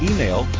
Email